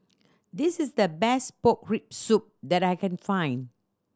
this is the best pork rib soup that I can find